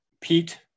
Pete